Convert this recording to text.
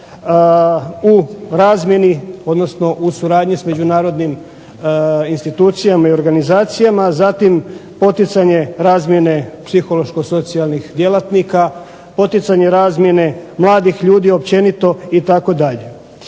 u razmjeni, odnosno u suradnji sa međunarodnim institucijama i organizacijama. Zatim poticanje razmjene psihološko socijalnih djelatnika, poticanje razmjene mladih ljudi općenito itd.